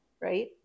right